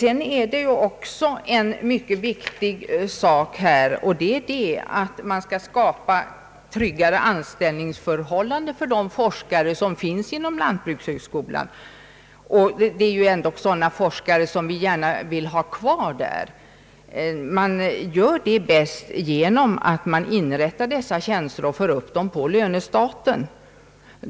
En annan mycket viktig sak är att söka skapa tryggare anställningsförhållanden för de forskare som finns inom lantbrukshögskolan. Det gäller ändå sådana forskare som vi gärna vill ha kvar där. Man uppnår tryggare anställningsförhållanden genom att inrätta dessa tjänster och föra upp dem på lönestaten.